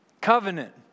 Covenant